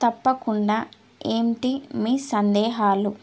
తప్పకుండా ఏంటి మీ సందేహాలు